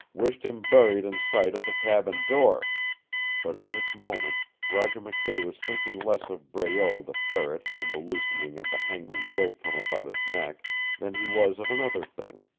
wished him buried in sight of the cabin door but in this moment roger mckay was thinking less of breault the ferret and the loosening of the hangman's rope from about his neck than he was of another thing.